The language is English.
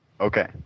Okay